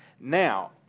Now